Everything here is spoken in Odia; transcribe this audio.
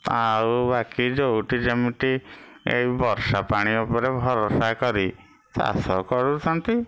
ଆଉ ବାକି ଯେଉଁଠି ଯେମିତି ଏଇ ବର୍ଷା ପାଣି ଉପରେ ଭରଷା କରି ଚାଷ କରୁଛନ୍ତି